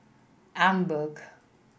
emborg